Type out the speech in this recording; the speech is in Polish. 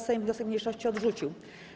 Sejm wniosek mniejszości odrzucił.